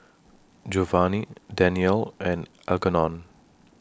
Jovany Daniele and Algernon